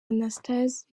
anastase